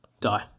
die